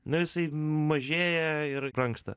na jisai mažėja ir brangsta